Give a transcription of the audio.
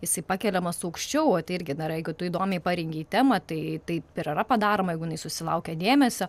jisai pakeliamas aukščiau o tai irgi dar jeigu tu įdomiai parengei temą tai tai ir yra padaroma jeigu jinai susilaukia dėmesio